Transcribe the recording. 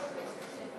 חברי הכנסת,